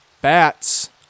bats